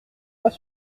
pas